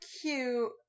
cute